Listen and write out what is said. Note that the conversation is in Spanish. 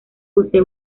posee